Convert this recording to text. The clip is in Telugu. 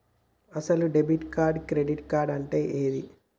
అసలు డెబిట్ కార్డు క్రెడిట్ కార్డు అంటే ఏంది?